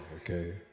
okay